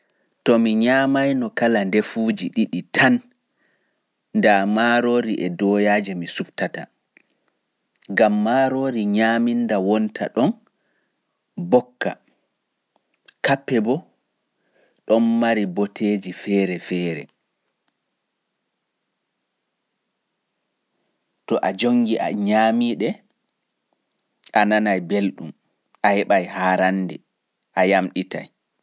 To mi nyaamayno kala ndefuuji ɗiɗi tan, ndaa maaroori e dooyaaje mi suɓtata, ngam maaroori nyaaminnda wonta ɗon mbokka. Kappe boo ɗon mari boteeji feere-feere. To a jonngii a nyaamii-ɗe, a nanay belɗum, a heɓay haarannde, a yamɗitay.